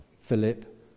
Philip